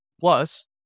plus